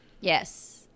Yes